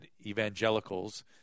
evangelicals